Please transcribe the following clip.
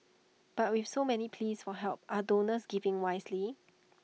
but with so many pleas for help are donors giving wisely